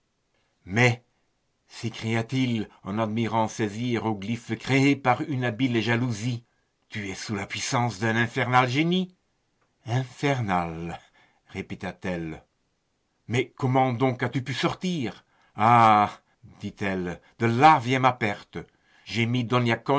mais s'écria-t-il en admirant ces hiéroglyphes créés par une habile jalousie tu es sous la puissance d'un infernal génie infernal répéta-t-elle mais comment donc as-tu pu sortir ha dit-elle de là vient ma perte j'ai mis